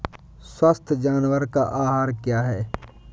स्वस्थ जानवर का आहार क्या है?